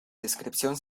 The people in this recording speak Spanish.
descripción